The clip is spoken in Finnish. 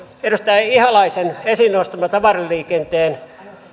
edustaja ihalaisen esiin nostama tavaraliikenteen